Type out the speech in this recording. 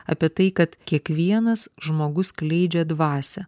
apie tai kad kiekvienas žmogus skleidžia dvasią